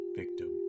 victim